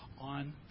on